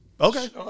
okay